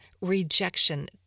rejection